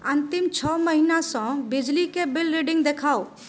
अन्तिम छओ महिनासँ बिजलीके बिल रीडिंग देखाउ